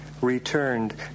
returned